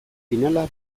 finala